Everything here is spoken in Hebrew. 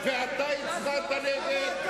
רימיתם 300,000 איש.